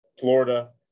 Florida